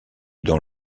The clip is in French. dans